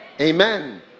Amen